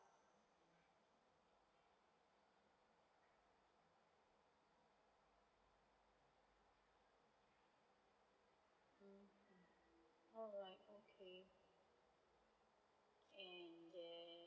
mm alright okay and then